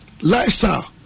lifestyle